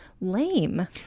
lame